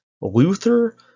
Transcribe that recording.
luther